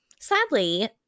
Sadly